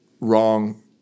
wrong